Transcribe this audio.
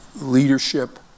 leadership